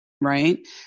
right